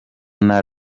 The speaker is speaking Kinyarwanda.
ntara